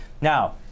now